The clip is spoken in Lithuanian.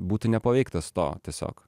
būti nepaveiktas to tiesiog